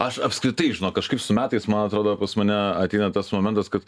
aš apskritai žinok kažkaip su metais man atrodo pas mane ateina tas momentas kad